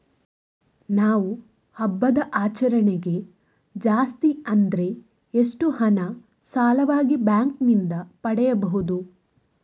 ನಾವು ಹಬ್ಬದ ಆಚರಣೆಗೆ ಜಾಸ್ತಿ ಅಂದ್ರೆ ಎಷ್ಟು ಹಣ ಸಾಲವಾಗಿ ಬ್ಯಾಂಕ್ ನಿಂದ ಪಡೆಯಬಹುದು?